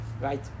right